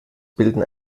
bilden